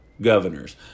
governors